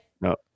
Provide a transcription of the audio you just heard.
No